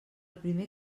primer